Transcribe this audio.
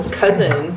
cousin